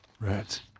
Rats